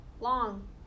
long